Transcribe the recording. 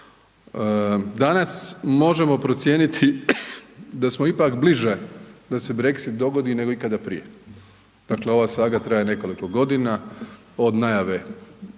danas možemo procijeniti da smo ipak bliže da Brexit dogodi nego ikada prije. Dakle ova saga traje nekoliko godina, od najave